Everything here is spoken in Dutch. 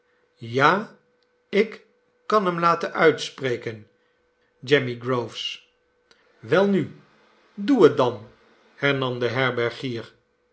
ja ik kan hem laten uitspreken jemmy groves welnu doe dat dan hernam de herbergier